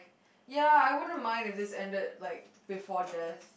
ya I wouldn't mind if this ended like before this